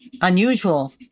unusual